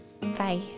Bye